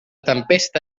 tempesta